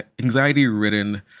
Anxiety-ridden